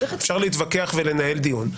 אפשר להתווכח ולנהל דיון,